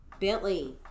bentley